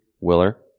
willer